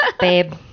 Babe